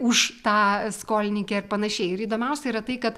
už tą skolininkę ir panašiai ir įdomiausia yra tai kad